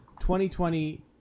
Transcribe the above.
2020